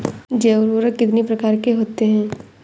जैव उर्वरक कितनी प्रकार के होते हैं?